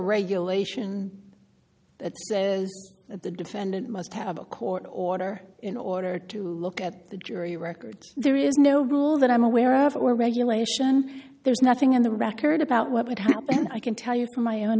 regulation that the defendant must have a court order in order to look at the jury record there is no rule that i'm aware of or regulation there's nothing in the record about what would help and i can tell you from my own